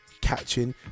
catching